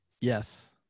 Yes